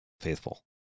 faithful